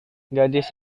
gadis